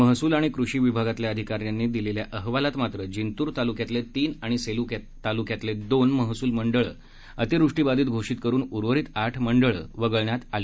महसूल आणि कृषी विभागातल्या अधिकाऱ्यांनी दिलेल्या अहवालात मात्र जिंतूर तालुक्यातले तीन आणि सेलू तालुक्यातले दोन महसूल मंडळं अतिवृष्टीबाधित घोषित करुन उर्वरित आठ मंडळ वगळण्यात आली